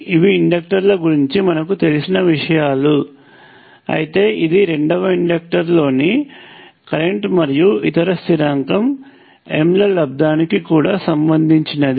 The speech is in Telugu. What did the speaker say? ఇవి ఇండక్టర్ ల గురించి మనకు తెలిసిన విషయాలు అయితే ఇది రెండవ ఇండక్టర్ లోని కరెంట్ మరియు ఇతర స్థిరాంకం M లబ్ధానికి కూడా సంబంధించినది